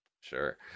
Sure